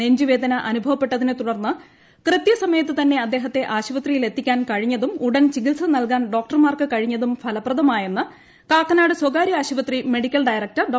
നെഞ്ചു വേദന അനുഭവപ്പെട്ടതിനെ തുടർന്ന് കൃത്യസമയത്ത് തന്നെ അദ്ദേഹത്തെ ആശുപത്രിയിൽ എത്തിക്കാൻ കഴിഞ്ഞതും ഉടൻ ചികിൽസ നൽകാൻ ഡോക്ടർമാക്ക് കഴിഞ്ഞതും ഫലപ്രദമായെന്ന് കാക്കനാട് സ്വകാരൃ ആശുപത്രി മെഡിക്കൽ ഡയറക്ടർ ഡോ